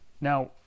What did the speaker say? Now